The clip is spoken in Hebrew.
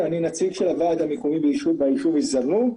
אני נציג של הועד ביישוב אל-זרנוג.